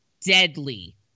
deadly